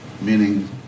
Meaning